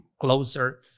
closer